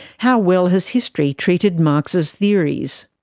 how well has history treated marx's theories?